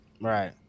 right